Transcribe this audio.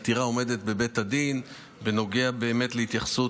העתירה עומדת בבית הדין בנוגע להתייחסות